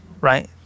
right